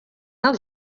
els